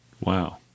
Wow